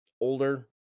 older